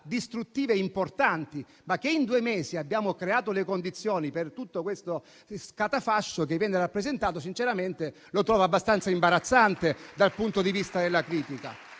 distruttive importanti, ma che in due mesi abbiamo creato le condizioni per tutto lo scatafascio che viene rappresentato sinceramente lo trovo abbastanza imbarazzante dal punto di vista della critica.